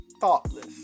thoughtless